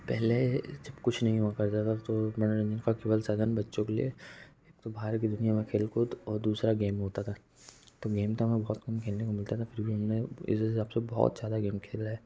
पहले जब कुछ नहीं हुआ करता था तो मनोरंजन का केवल साधन बच्चों के लिए एक तो बाहर की दुनिया में खेल कूद और दूसरा गेम होता था तो गेम तो हमें बहुत कम खेलने को मिलता था फिर भी हम ने इस हिसाब से बहुत ज़्यादा गेम खेला है